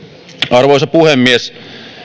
arvoisa puhemies